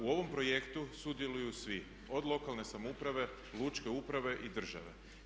U ovom projektu sudjeluju svi, od lokalne samouprave, lučke uprave i države.